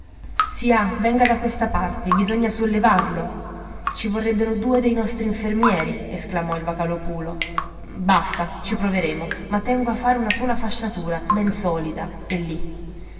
sià venga da questa parte bisogna sollevarlo ci vorrebbero due dei nostri infermieri esclamò il vocalòpulo basta ci proveremo ma tengo a fare una sola fasciatura ben solida e lì